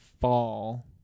fall